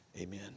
amen